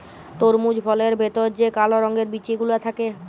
তরমুজ ফলের ভেতর যে কাল রঙের বিচি গুলা থাক্যে